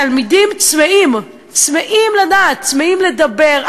התלמידים צמאים, צמאים לדעת, צמאים לדבר.